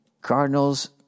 Cardinals